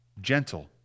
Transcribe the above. gentle